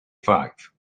five